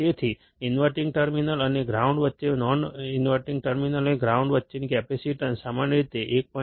તેથી inverting terminal અને ground અથવા નોન ઇન્વર્ટીંગ ટર્મિનલ અને ગ્રાઉન્ડ વચ્ચેની કેપેસીટન્સ સામાન્ય રીતે 1